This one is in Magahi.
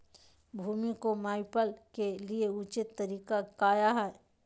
भूमि को मैपल के लिए ऊंचे तरीका काया है?